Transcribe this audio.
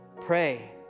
Pray